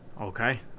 Okay